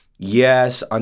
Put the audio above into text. Yes